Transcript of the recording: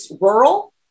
rural